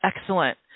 Excellent